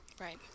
Right